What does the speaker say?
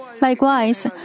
Likewise